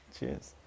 Cheers